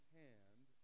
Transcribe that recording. hand